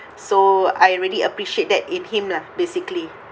so I really appreciate that it him lah basically